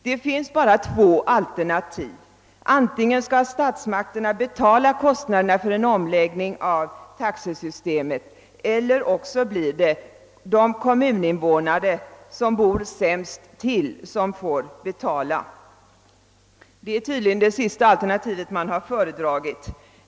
Det finns bara två alternativ: antingen skall statsmakterna betala kostnaderna för en omläggning av taxesystemet eller också får de kommuninvånare som bor sämst till betala. Man har tydligen föredragit det sistnämnda alternativet.